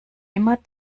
immer